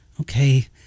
Okay